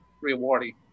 rewarding